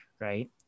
right